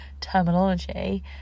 terminology